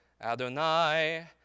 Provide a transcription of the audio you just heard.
Adonai